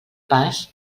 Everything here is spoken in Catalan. pas